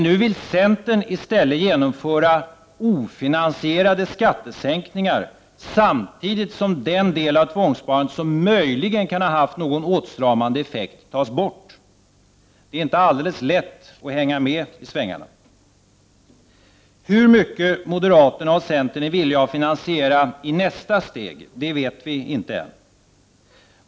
Nu vill centern i stället genomföra ofinansierade skattesänkningar, samtidigt som den del av tvångssparandet som möjligen kan ha haft någon åtstramande effekt tas bort. Det är inte alldeles lätt att hänga med i svängarna. Hur mycket moderaterna och centern är villiga att finansiera i nästa omgång vet vi ännu inte.